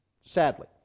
sadly